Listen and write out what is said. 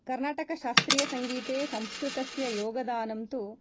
कर्नाटकशास्त्रीयसङ्गीते संस्कृतस्य योगदानं तु